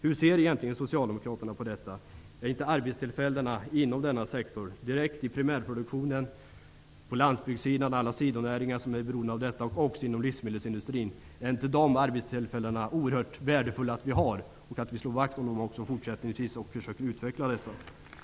Är inte arbetstillfällena inom denna sektor -- direkt i primärproduktionen, inom alla sidonäringar på landsbygden som är beroende av denna produktion samt inom livsmedelsindustrin -- oerhört värdefulla, och bör vi inte fortsättningsvis slå vakt om och utveckla dessa näringar?